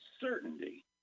certainty